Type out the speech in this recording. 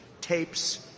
tapes